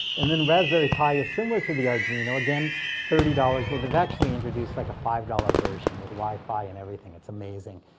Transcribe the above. and then raspberry pi is similar to the arduino. again, thirty dollars, well they've actually introduced like a five dollars version with wi-fi and everything. it's amazing.